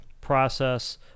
process